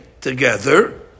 together